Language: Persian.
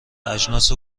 اجناس